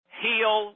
heal